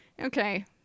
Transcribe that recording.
okay